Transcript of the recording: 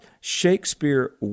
Shakespeare